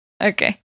okay